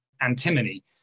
Antimony